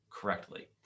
correctly